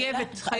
חייבת, כן.